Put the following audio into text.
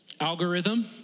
algorithm